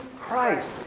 Christ